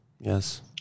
Yes